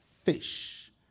fish